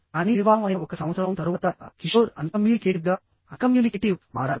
కానీ వివాహం అయిన ఒక సంవత్సరం తరువాత కిషోర్ అన్ కమ్యూనికేటివ్గా మారారు